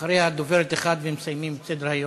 אחריו, דוברת אחת, ומסיימים את סדר-היום.